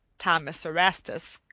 thomas erastus,